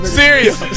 serious